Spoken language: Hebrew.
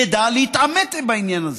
ידע להתעמת בעניין הזה.